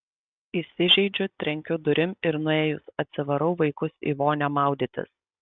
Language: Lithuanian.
įsižeidžiu trenkiu durim ir nuėjus atsivarau vaikus į vonią maudytis